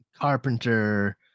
carpenter